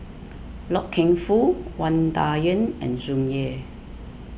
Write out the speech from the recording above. Loy Keng Foo Wang Dayuan and Tsung Yeh